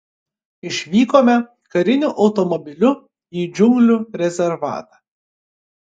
išvykome kariniu automobiliu į džiunglių rezervatą